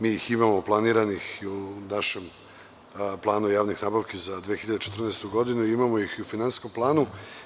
Mi ih imamo planiranih u našem planu javnih nabavki za 2014. godinu i imamo ih i u finansijskom planu.